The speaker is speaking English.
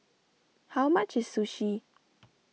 how much is Sushi